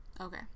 okay